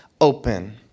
open